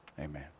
Amen